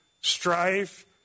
strife